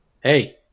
hey